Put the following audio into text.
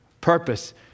purpose